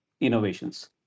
innovations